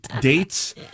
dates